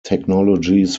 technologies